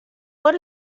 what